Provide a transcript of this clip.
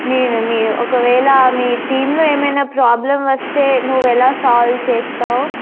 నేను మీ ఒకవేళ మీ టీమ్లో ఏమైనా ప్రాబ్లమ్ వస్తే నువ్వు ఎలా సాల్వ్ చేస్తావు